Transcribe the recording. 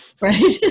right